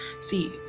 see